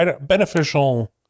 beneficial